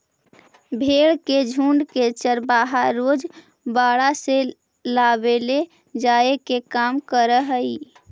भेंड़ के झुण्ड के चरवाहा रोज बाड़ा से लावेले जाए के काम करऽ हइ